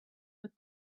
but